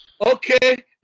Okay